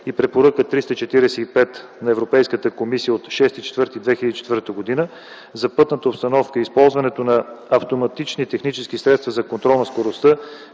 и Препоръка 345 на Европейската комисия от 6 април 2004 г. за пътната обстановка и използването на автоматични технически средства за контрол на скоростта,